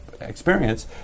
experience